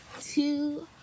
two